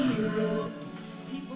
People